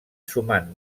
sumant